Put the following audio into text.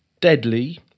deadly